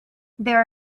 there